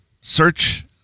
search